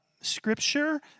scripture